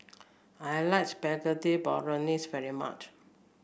I like Spaghetti Bolognese very much